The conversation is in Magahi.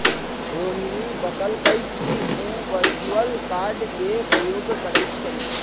रोहिणी बतलकई कि उ वर्चुअल कार्ड के प्रयोग करई छई